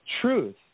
truth